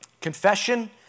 Confession